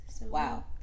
wow